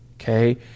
okay